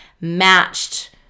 matched